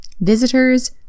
visitors